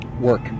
Work